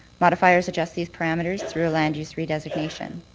modifiers adjust these parameters through a land use redesignation.